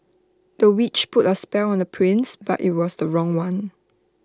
the witch put A spell on the prince but IT was the wrong one